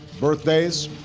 birthdays,